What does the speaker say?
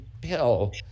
pill